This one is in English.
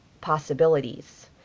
possibilities